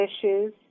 issues